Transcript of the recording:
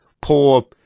poor